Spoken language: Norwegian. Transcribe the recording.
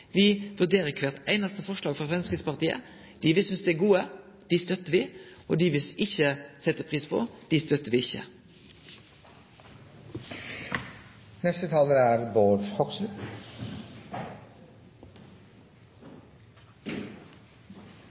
Vi har støtta mange av deira forslag. Vi vurderer kvart einaste forslag frå Framstegspartiet. Dei vi synest er gode, støttar vi, og dei vi ikkje set pris på, støttar vi